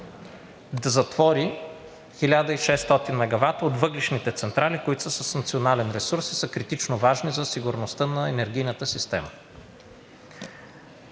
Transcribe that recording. да затвори 1600 мегавата от въглищните централи, които са с национален ресурс и са критично важни за сигурността на енергийната система.